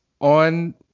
on